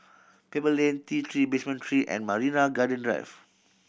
Pebble Lane T Three Basement Three and Marina Garden Drive